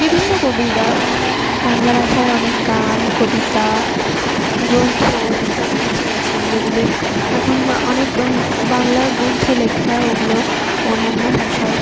বিভিন্ন কবিরা ওনারা বাংলা ভাষায় অনেক গান কবিতা গ্রন্থ ইত্যাদি লিখে গেছেন যেগুলি এখন অনেক বাংলা গ্রন্থে লেখা ওগুলো অন্যান্য ভাষায়